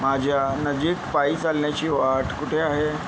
माझ्यानजीक पायी चालण्याची वाट कुठे आहे